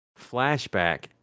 flashback